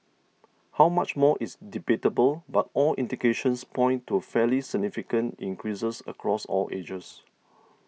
how much more is debatable but all indications point to fairly significant increases across all ages